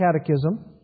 catechism